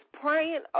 praying